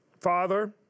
Father